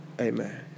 Amen